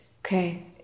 Okay